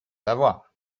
savoir